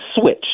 switch